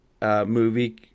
movie